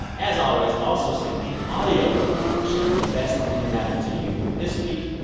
as always, also send me audio of you sharing the best thing that happened to you this week,